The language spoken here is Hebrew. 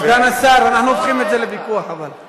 סגן השר, אנחנו הופכים את זה לוויכוח, חבל.